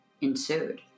ensued